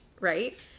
right